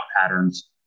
patterns